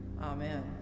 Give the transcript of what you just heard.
Amen